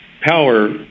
power